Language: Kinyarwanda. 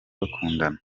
bakundana